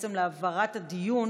בעצם להעברת הדיון